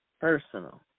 personal